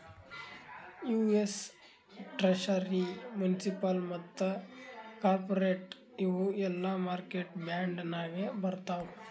US treasury, municipal ಮತ್ತ corporate ಇವು ಎಲ್ಲಾ ಮಾರ್ಕೆಟ್ ಬಾಂಡ್ ನಾಗೆ ಬರ್ತಾವ್